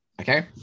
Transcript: okay